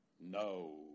no